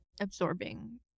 absorbing